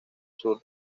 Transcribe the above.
sur